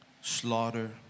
slaughter